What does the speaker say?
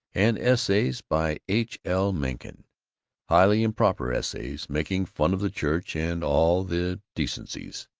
and essays by h. l. mencken highly improper essays, making fun of the church and all the decencies.